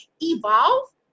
evolve